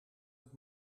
het